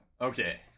Okay